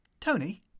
Tony